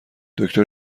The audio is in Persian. دکتر